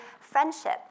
friendship